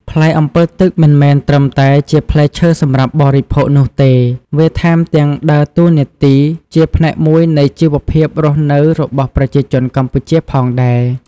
ផ្លែអម្ពិលទឹកមិនមែនត្រឹមតែជាផ្លែឈើសម្រាប់បរិភោគនោះទេ វាថែមទាំងដើរតួនាទីជាផ្នែកមួយនៃជីវភាពរស់នៅរបស់ប្រជាជនកម្ពុជាផងដែរ។